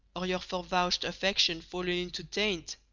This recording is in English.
or your fore-vouch'd affection fall'n into taint